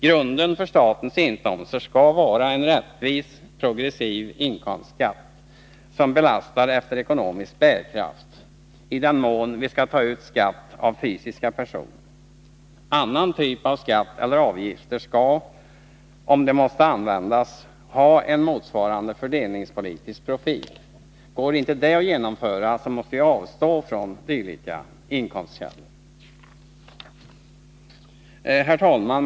Grunden för statens inkomster skall vara en rättvis progressiv inkomstskatt som belastar efter ekonomisk bärkraft, i den mån vi skall ta ut skatt av fysiska personer. Annan typ av skatt eller avgift skall, om sådan skatt eller avgift måste användas, ha en motsvarande fördelningspolitisk profil. Går inte det att genomföra, måste vi avstå från dylika inkomstkällor. Herr talman!